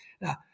Now